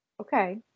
Okay